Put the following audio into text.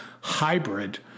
hybrid